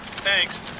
Thanks